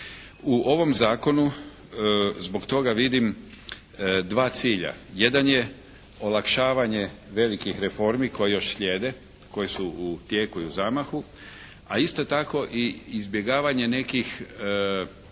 U ovom zakonu zbog toga vidim dva cilja. Jedan je olakšavanje velikih reformi koje još slijede, koje su u tijeku i u zamahu, a isto tako i izbjegavanje nekih neugodnih